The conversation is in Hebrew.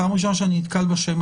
פעם ראשונה שאני נתקל בשם,